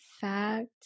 fact